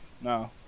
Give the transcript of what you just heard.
no